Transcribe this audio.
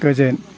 गोजोन